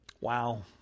Wow